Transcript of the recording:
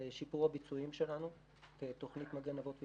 לשיפור הביצועים שלנו כתוכנית "מגן אבות ואימהות".